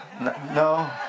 no